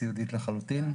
סיעודית לחלוטין.